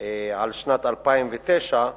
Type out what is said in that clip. על שנת 2009,